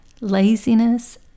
Laziness